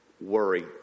worry